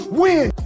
win